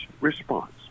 response